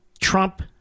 Trump